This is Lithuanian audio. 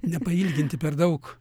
nepailginti per daug